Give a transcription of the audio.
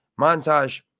Montage